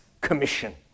Commission